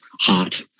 hot